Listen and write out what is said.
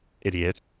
idiot